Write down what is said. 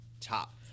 top